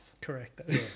Correct